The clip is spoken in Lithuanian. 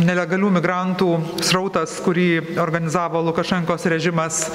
nelegalių migrantų srautas kurį organizavo lukašenkos režimas